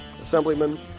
Assemblyman